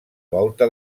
volta